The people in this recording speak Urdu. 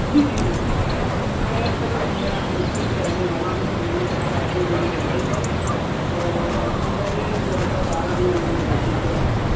جی جی جی جی میں سر میں امیٹھی کا رہنے والا ہوں انیس سو اٹھاسی میں میری پیدائش ہے اور میں نے دو ہزار بارہ میں میں نے گریجویشن کیا ہے